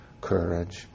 courage